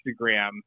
Instagram